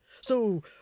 So